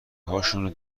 هاشونو